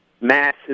massive